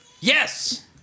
Yes